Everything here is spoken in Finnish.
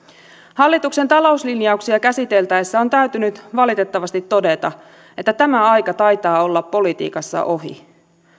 hallituksen talouslinjauksia käsiteltäessä on täytynyt valitettavasti todeta että tämä aika taitaa olla politiikassa ohi